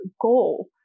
goal